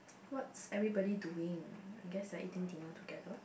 what's everybody doing I guess like eating dinner together